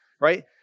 right